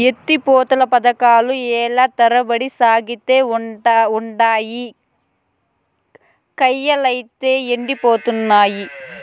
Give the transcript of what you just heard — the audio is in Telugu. ఎత్తి పోతల పదకాలు ఏల్ల తరబడి సాగతానే ఉండాయి, కయ్యలైతే యెండిపోతున్నయి